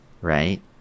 right